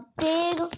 big